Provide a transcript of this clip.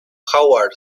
howard